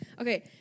Okay